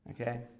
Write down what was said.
Okay